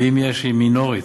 ואם יש, היא מינורית.